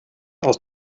aus